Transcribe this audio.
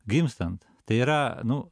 gimstant tai yra nu